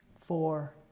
four